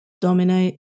dominate